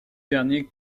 dernier